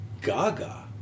gaga